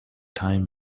time